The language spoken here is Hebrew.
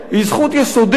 היא זכות יסודית.